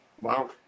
Wow